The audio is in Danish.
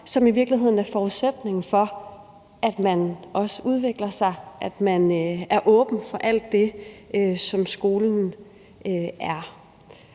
som i virkeligheden er forudsætningen for, at man også udvikler sig, og at man er åben for alt det, som skolen er.